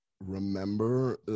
remember